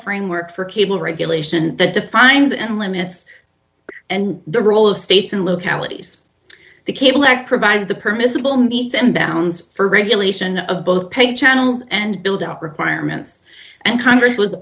framework for cable regulation that defines and limits and the rule of states and localities the cable act provides the permissible needs and downs for regulation of both pay channels and build out requirements and congress w